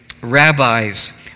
rabbis